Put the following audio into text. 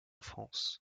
france